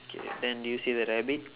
okay then did you see the rabbit